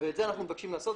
את זה אנחנו מבקשים לעשות,